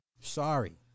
Sorry